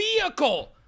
vehicle